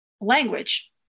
language